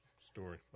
story